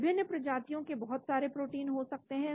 विभिन्न प्रजातियों के बहुत सारे प्रोटीन हो सकते हैं